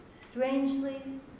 strangely